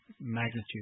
magnitude